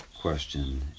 question